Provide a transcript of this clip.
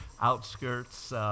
Outskirts